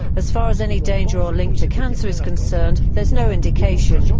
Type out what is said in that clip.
as far as any danger or link to cancer is concerned, there is no indication.